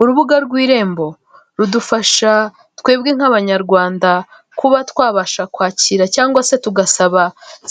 Urubuga rw'irembo rudufasha twebwe nk'abanyarwanda kuba twabasha kwakira cyangwa se tugasaba